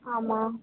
ஆமாம்